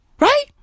Right